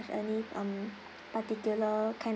any um particular kind